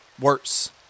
worse